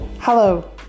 Hello